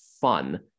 fun